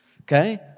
okay